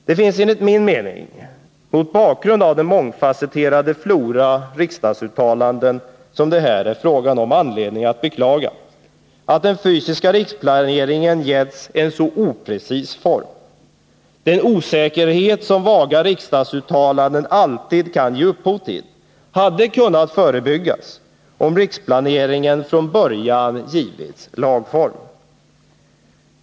Det finns enligt min mening mot bakgrund av den mångfasetterade flora riksdagsuttalanden som det här är fråga om anledning att beklaga att den fysiska riksplaneringen getts en så oprecis form. Den osäkerhet som vaga riksdagsuttalanden alltid kan ge upphov till hade kunnat förebyggas om riksplaneringen från början givits lagform.